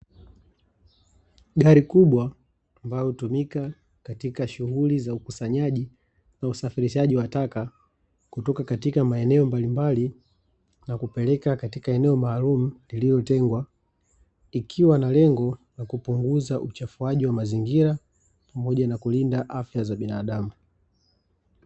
Gari kubwa ambalo hutumika katika shughuli za ukusanyaji na usafirishaji wa taka, kutoka katika maeneo mbalimbali na kupeleka katika eneo maalumu lililotengwa, ikiwa na lengo la kupunguza uchafuaji wa mazingira, pamoja na kulinda afya za binadamu.